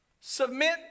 submit